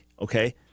okay